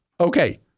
Okay